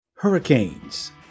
Hurricanes